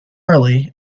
early